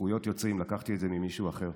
זכויות יוצרים, לקחתי את זה ממישהו אחר.